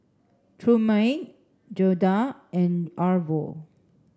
Trumaine Gerda and Arvo